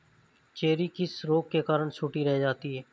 Cherry किस रोग के कारण छोटी रह जाती है?